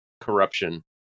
corruption